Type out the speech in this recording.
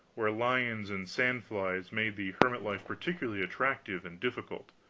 where lions and sandflies made the hermit-life peculiarly attractive and difficult,